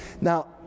Now